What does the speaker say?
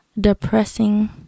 Depressing